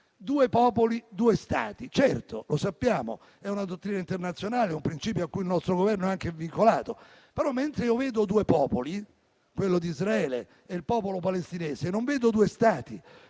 Due popoli, due Stati: certo, lo sappiamo, è una dottrina internazionale, un principio a cui il nostro Governo è anche vincolato. Però, mentre vedo due popoli, quello di Israele e il popolo palestinese, non vedo due Stati.